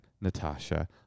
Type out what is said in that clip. Natasha